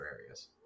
areas